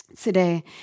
today